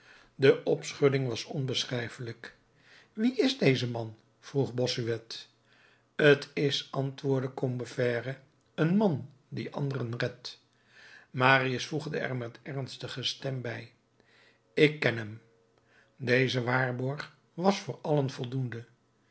de opschudding was onbeschrijfelijk wie is deze man vroeg bossuet t is antwoordde combeferre een man die anderen redt marius voegde er met ernstige stem bij ik ken hem deze waarborg was voor allen voldoende